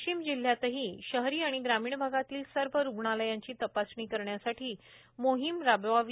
वाशिम जिल्ह्यातीलही शहरी आणि ग्रामीण भागातील सर्व रुग्णालयांची तपासणी करण्यासाठी मोहीम राबवावी